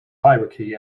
hierarchy